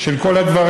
של כל הדברים.